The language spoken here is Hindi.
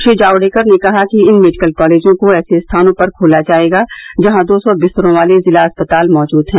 श्री जावड़ेकर ने कहा कि इन मेडिकल कॉलेजों को ऐसे स्थानों पर खोला जाएगा जहां दो सौ बिस्तरों वाले जिला अस्पताल मौजूद हैं